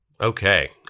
Okay